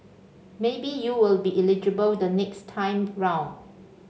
maybe you will be eligible the next time round